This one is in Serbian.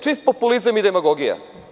Čist populizam i demagogija.